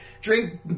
drink